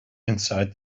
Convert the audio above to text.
inside